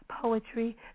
poetry